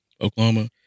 Oklahoma